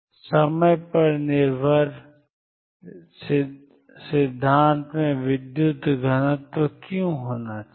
समय पर निर्भर सिद्धांत में विद्युत घनत्व क्यों होना चाहिए